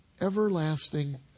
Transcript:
everlasting